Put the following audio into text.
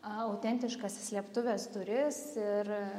autentiškas slėptuvės duris ir